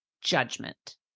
judgment